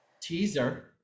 teaser